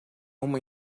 uma